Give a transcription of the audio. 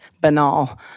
banal